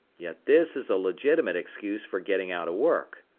yet this is a legitimate excuse for getting out of work.